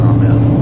Amen